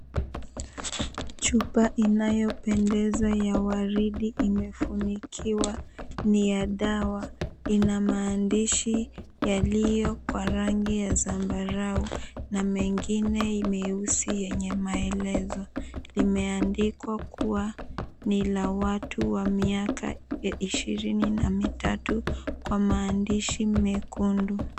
Chupa inayo pendeza ya waridi imefunikiwa ni ya dawa ina maandishe yaliyo kwa rangi ya zambarau, na mengine meusi yenye maelezo imeandikwa kuwa ni la watu wa miaka 23 kwa maandishi mekundu.